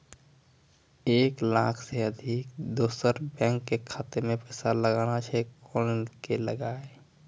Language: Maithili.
एक लाख से अधिक दोसर बैंक के खाता मे पैसा लगाना छै कोना के लगाए?